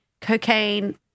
cocaine